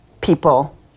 people